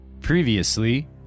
previously